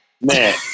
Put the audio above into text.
Man